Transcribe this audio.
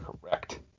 correct